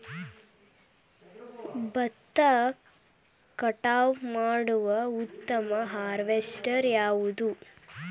ಭತ್ತ ಕಟಾವು ಮಾಡುವ ಉತ್ತಮ ಹಾರ್ವೇಸ್ಟರ್ ಯಾವುದು?